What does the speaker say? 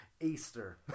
Easter